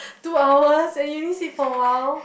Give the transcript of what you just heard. two hours and you only sit for awhile